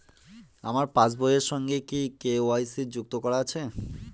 আমার পাসবই এর সঙ্গে কি কে.ওয়াই.সি যুক্ত করা আছে?